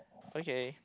okay